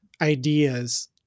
ideas